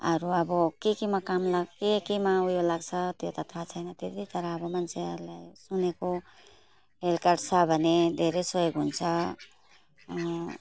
अरू अब के केमा काम लाग्छ के केमा उयो लाग्छ त्यो त थाहा छैन त्यति तर अब मान्छेहरूले सुनेको हेल्थ कार्ड छ भने धेरै सहयोग हुन्छ अनि